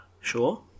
Sure